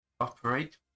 Operate